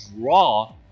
draw